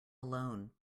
alone